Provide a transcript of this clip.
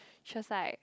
she was like